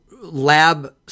lab